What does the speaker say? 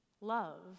love